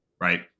right